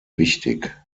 wichtig